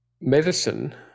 Medicine